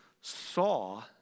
saw